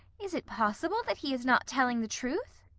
is it possible that he is not telling the truth?